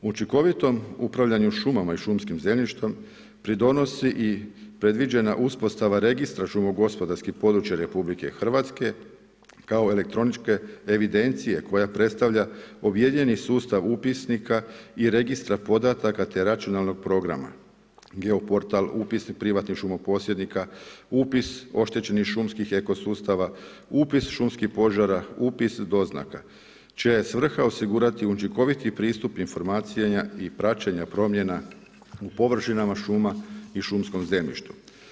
O učinkovitom upravljanju šumama i šumskim zemljištem pridonosi i predviđena uspostava registra šumo gospodarskih područja RH, kao elektroničke evidencije koja predstavlja objedinjeni sustav upisnika i registra podataka te računalnog programa, geoportal privatnih šumo posjednika, upis oštećenih šumskih ekosustava, upis šumskih požara, upis doznaka, čija je svrha osigurati učinkoviti pristup informacijama i praćenja promjena u površinama šuma i šumskog zemljištu.